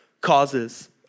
Causes